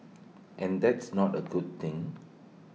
and that's not A good thing